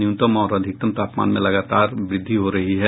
न्यूनतम और अधिकतम तापमान में लगातार वृद्धि हो रही है